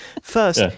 First